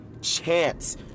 chance